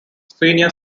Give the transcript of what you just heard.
senior